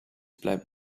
bleibt